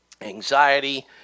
anxiety